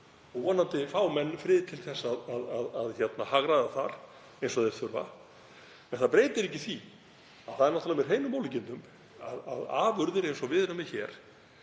og vonandi fá menn frið til að hagræða þar eins og þeir þurfa. En það breytir ekki því að það er náttúrlega með hreinum ólíkindum varðandi afurðir eins og við erum með hér